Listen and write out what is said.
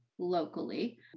locally